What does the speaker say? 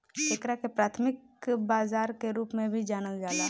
एकरा के प्राथमिक बाजार के रूप में भी जानल जाला